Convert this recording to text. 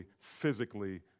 physically